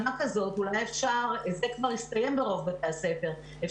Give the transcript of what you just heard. זה כבר הסתיים ברוב בתי הספר בשנה